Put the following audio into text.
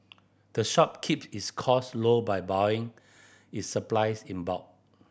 the shop keep its costs low by buying its supplies in bulk